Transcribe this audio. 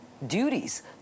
duties